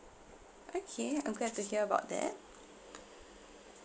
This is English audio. okay I'm glad to hear about that